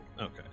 Okay